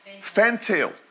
fantail